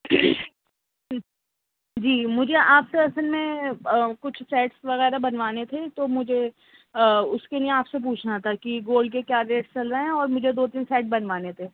جی مجھے آپ سے اصل میں کچھ سیٹس وغیرہ بنوانے تھے تو مجھے اس کے لیے آپ سے پوچھنا تھا کہ گولڈ کے کیا ریٹ چل رہے ہیں اور مجھے دو تین سیٹ بنوانے تھے